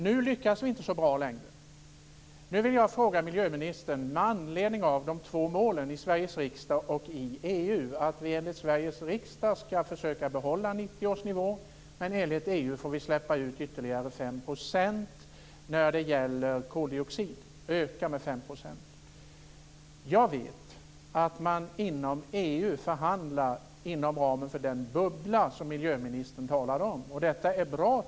Nu lyckas vi inte så bra längre. Jag vill med anledning av de två målen i Sveriges riksdag och i EU ställa en fråga till miljöministern. Vi skall enligt Sveriges riksdag försöka behålla 1990 års nivå. Men enligt EU får vi öka koldioxidutsläppen med ytterligare 5 %. Jag vet att man inom EU förhandlar inom ramen för den bubbla som miljöministern talade om. Det tycker jag är bra.